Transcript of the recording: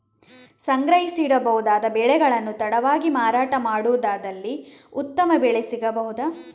ಸಂಗ್ರಹಿಸಿಡಬಹುದಾದ ಬೆಳೆಗಳನ್ನು ತಡವಾಗಿ ಮಾರಾಟ ಮಾಡುವುದಾದಲ್ಲಿ ಉತ್ತಮ ಬೆಲೆ ಸಿಗಬಹುದಾ?